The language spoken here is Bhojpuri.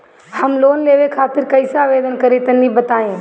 हम लोन लेवे खातिर कइसे आवेदन करी तनि बताईं?